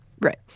right